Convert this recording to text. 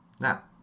Now